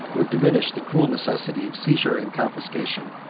would diminish the cruel necessity of seizure and confiscation,